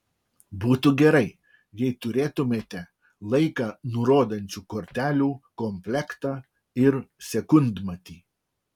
būtų gerai jei turėtumėte laiką nurodančių kortelių komplektą ir sekundmatį